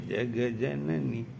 Jagajanani